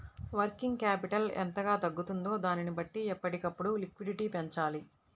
working capital ఎంతగా తగ్గుతుందో దానిని బట్టి ఎప్పటికప్పుడు లిక్విడిటీ పెంచాలి